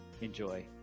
Enjoy